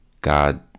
God